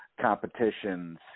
competitions